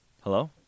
Hello